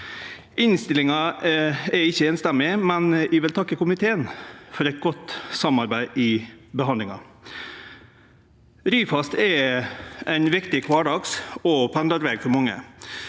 Innstillinga er ikkje einstemmig, men eg vil takke komiteen for eit godt samarbeid i behandlinga. Ryfast er ein viktig kvardags- og pendlarveg for mange.